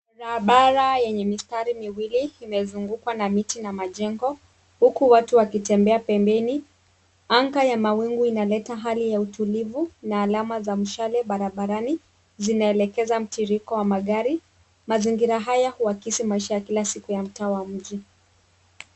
Mahabara yenye mistari miwili imezungukwa na miti na majengo huku watu wakitembea pembeni anga ya mawingu inaleta hali ya utulivu na alama za mshale barabarani zinaelekeza mtiririko wa magari. Mazingira haya huakisi maisha ya kila siku ya mtaa wa mji.